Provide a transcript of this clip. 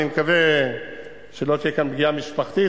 אני מקווה שלא תהיה כאן פגיעה משפחתית,